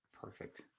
Perfect